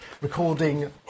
recording